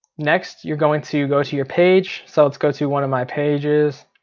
next you're going to go to your page. so let's go to one of my pages.